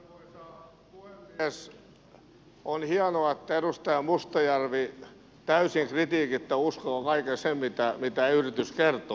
on hienoa että edustaja mustajärvi täysin kritiikittä uskoo kaiken sen mitä yritys kertoo